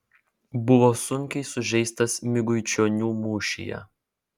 buvo sunkiai sužeistas miguičionių mūšyje